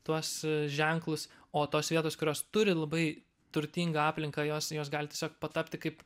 tuos ženklus o tos vietos kurios turi labai turtingą aplinką jos jos gali tiesiog patapti kaip